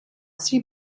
sie